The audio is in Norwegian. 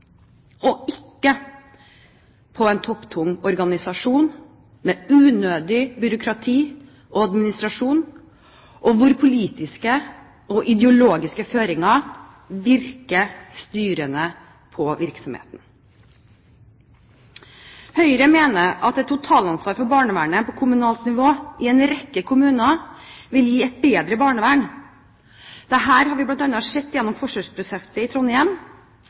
og ikke på en topptung organisasjon med unødig byråkrati og administrasjon og hvor politiske og ideologiske føringer virker styrende på virksomheten. Høyre mener at et totalansvar for barnevernet på kommunalt nivå i en rekke kommuner vil gi et bedre barnevern. Dette har vi bl.a. sett gjennom forsøksprosjektet i Trondheim,